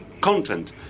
content